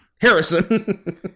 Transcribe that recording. harrison